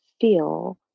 feel